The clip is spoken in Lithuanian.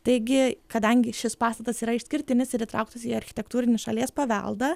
taigi kadangi šis pastatas yra išskirtinis ir įtrauktas į architektūrinį šalies paveldą